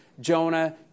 Jonah